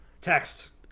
text